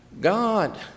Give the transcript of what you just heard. God